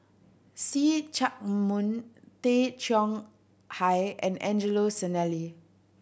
See Chak Mun Tay Chong Hai and Angelo Sanelli